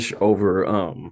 over, –